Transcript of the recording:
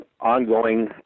ongoing